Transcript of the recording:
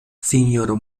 sinjoro